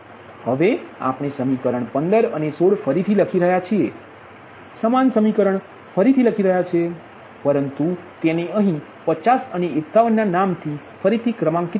હવે આપણે સમીકરણ 15 અને 16 ફરીથી લખી રહ્યા છીએ સમાન સમીકરણ ફરીથી લખી રહ્યા છીએ પરંતુ તેને અહીં 50 અને 51 ના નામથી ફરીથી ક્રમાંકિત કરીશું